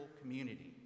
Community